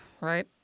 right